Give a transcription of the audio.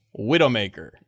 Widowmaker